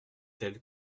tel